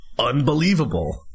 Unbelievable